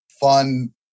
fun